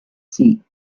seat